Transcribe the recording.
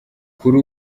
kuri